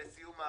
למה